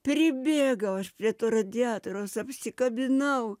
pribėgau aš prie to radiatoriaus apsikabinau